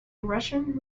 russian